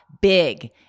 big